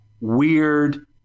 weird